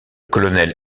colonel